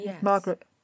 Margaret